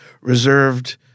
reserved